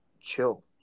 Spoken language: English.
chill